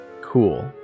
Cool